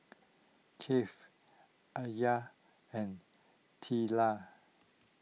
Kaif Aliyah and Twila